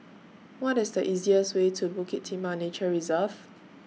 What IS The easiest Way to Bukit Timah Nature Reserve